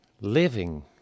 living